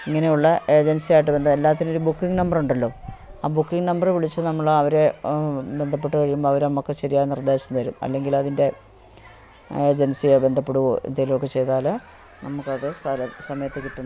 ഇങ്ങനെയുള്ള ഏജൻസിയുമായിട്ട് ബന്ധം എല്ലാത്തിനും ഒരു ബുക്കിംഗ് നമ്പർ ഉണ്ടല്ലോ ആ ബുക്കിംഗ് നമ്പറ് വിളിച്ചു നമ്മൾ അവരെ ബന്ധപ്പെട്ടു കഴിയുമ്പോൾ അവർ നമ്മൾക്ക് ശരിയായ നിർദ്ദേശം തരും അല്ലെങ്കിൽ അതിൻ്റെ ഏജൻസിയെ ബന്ധപ്പെടുകയോ എന്തെങ്കിലുമൊക്കെ ചെയ്താൽ നമുക്കത് സ്ഥലം സമയത്ത് കിട്ടും